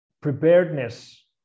preparedness